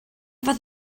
fath